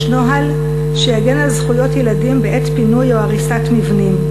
נוהל שיגן על זכויות ילדים בעת פינוי או הריסת מבנים.